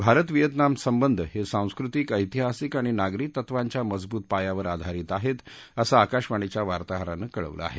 Bharat Vietnam संबंध हे सांस्कृतिकऐतिहासिक आणि नागरी तत्त्वांच्या मजबूत पायावर आधारित आहेत असं आकाशवाणीच्या वार्ताहरानं कळवलं आहे